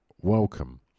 welcome